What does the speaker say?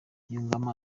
yungamo